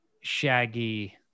shaggy